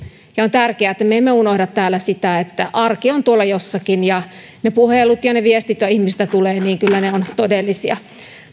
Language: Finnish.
ja on tärkeää että me emme unohda täällä sitä että arki on tuolla jossakin ja ne puhelut ja ne viestit mitä ihmisiltä tulee kyllä ovat todellisia